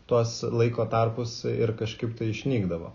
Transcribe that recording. tuos laiko tarpus ir kažkaip tai išnykdavo